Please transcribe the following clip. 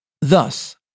Thus